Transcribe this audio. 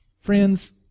Friends